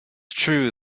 true